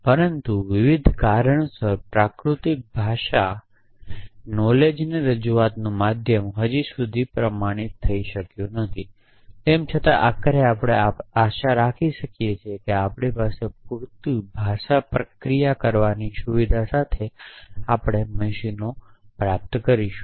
પરંતુ વિવિધ કારણોસર પ્રાકૃતિક ભાષા નોલેજની રજૂઆતનું માધ્યમ હજી સુધી પ્રમાણિત નથી તેમ છતાં આખરે આપણે આશા રાખીએ છીએ કે આપણે પૂરતી ભાષા પ્રક્રિયા કરવાની સુવિધા સાથે આપણે મશીનો પ્રાપ્ત કરીશું